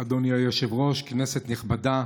אדוני היושב-ראש, כנסת נכבדה,